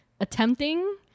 attempting